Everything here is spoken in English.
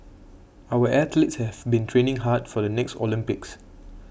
our athletes have been training hard for the next Olympics